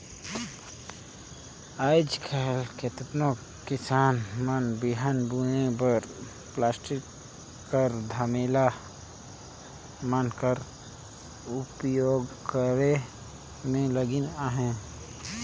आएज काएल केतनो किसान मन बीहन बुने बर पलास्टिक कर धमेला मन कर उपियोग करे मे लगिन अहे